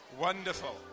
Wonderful